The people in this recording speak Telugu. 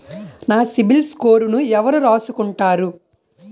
నా సిబిల్ స్కోరును ఎవరు రాసుకుంటారు